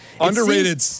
Underrated